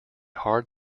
hard